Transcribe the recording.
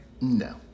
No